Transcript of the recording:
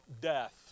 death